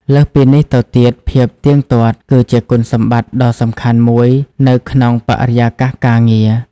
លើសពីនេះទៅទៀតភាពទៀងទាត់ គឺជាគុណសម្បត្តិដ៏សំខាន់មួយនៅក្នុងបរិយាកាសការងារ។